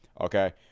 okay